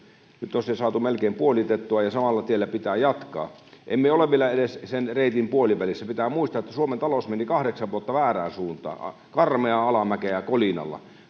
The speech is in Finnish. se saatu melkein puolitettua ja samalla tiellä pitää jatkaa emme ole vielä edes sen reitin puolivälissä pitää muistaa että suomen talous meni kahdeksan vuotta väärään suuntaan karmeaa alamäkeä kolinalla